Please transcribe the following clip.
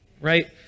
right